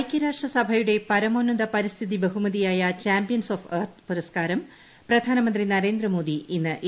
ഐക്യരാഷ്ട്രസഭയുടെ പരമോന്നത പരിസ്ഥിതി ബഹുമതിയായ ചാമ്പ്യൻസ് ഓഫ് ദ എർത്ത് പുരസ്ക്കാരം പ്രധാനമന്ത്രി നരേന്ദ്രമോദി ഇന്നു ഏറ്റു വാങ്ങും